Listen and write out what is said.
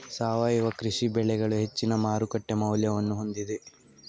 ಸಾವಯವ ಕೃಷಿ ಬೆಳೆಗಳು ಹೆಚ್ಚಿನ ಮಾರುಕಟ್ಟೆ ಮೌಲ್ಯವನ್ನು ಹೊಂದಿದೆ